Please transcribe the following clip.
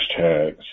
hashtags